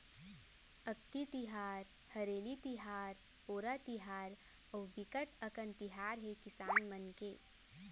अक्ति तिहार, हरेली तिहार, पोरा तिहार अउ बिकट अकन तिहार हे किसान मन के